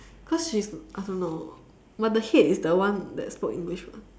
cause she's I don't know but the head is the one that spoke english mah